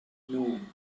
noon